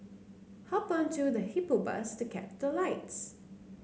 hop onto the Hippo Bus to catch the lights